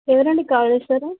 ఎవరండి కాల్ చేశారు